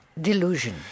delusion